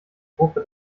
gruppe